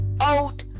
out